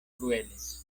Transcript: crueles